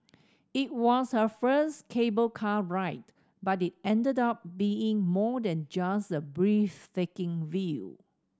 it was her first cable car ride but it ended up being more than just a breathtaking view